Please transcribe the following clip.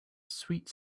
sweet